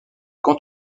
quand